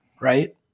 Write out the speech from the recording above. right